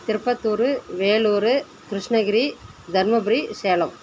Tirupattur Vellore Krishnagiri Dharmapuri Salem